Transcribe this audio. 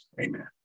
Amen